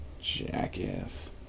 jackass